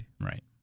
Right